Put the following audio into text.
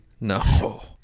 No